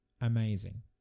amazing